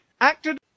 acted